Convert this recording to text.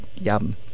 Yum